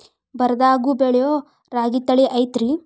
ಬರಗಾಲದಾಗೂ ಬೆಳಿಯೋ ರಾಗಿ ತಳಿ ಐತ್ರಿ?